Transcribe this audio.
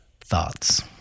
Thoughts